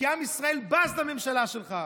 כי עם ישראל בז לממשלה שלך.